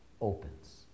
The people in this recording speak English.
opens